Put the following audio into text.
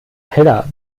heller